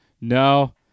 no